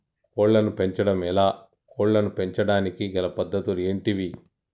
కోళ్లను పెంచడం ఎలా, కోళ్లను పెంచడానికి గల పద్ధతులు ఏంటివి?